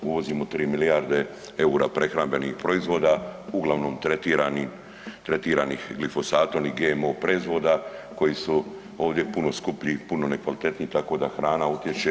Uvozimo 3 milijarde eura prehrambenih proizvoda, uglavnom tretiranih glifosatom i GMO proizvoda koji su ovdje puno skuplji i puno nekvalitetniji tako da hrana utječe.